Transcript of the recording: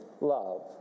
love